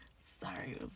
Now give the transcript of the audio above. Sorry